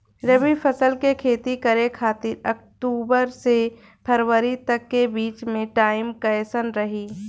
रबी फसल के खेती करे खातिर अक्तूबर से फरवरी तक के बीच मे टाइम कैसन रही?